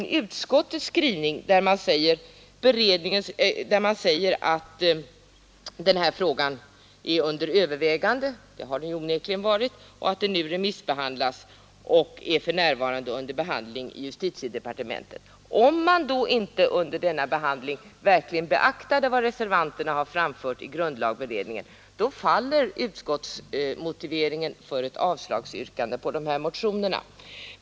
I utskottsbetänkandet sägs att frågan varit föremål för överväganden i grundlagberedningen — det har den onekligen varit —, att den remissbehandlats och att den för närvarande är under behandling i justitiedepartementet. Om man under denna behandling inte beaktar vad reservanterna i grundlagberedningen anfört faller utskottets motivering för yrkandet om avslag på dessa motioner.